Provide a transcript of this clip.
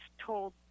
told